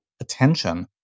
attention